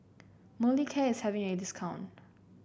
Molicare is having a discount